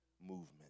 movement